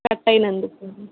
cut అయినందుకు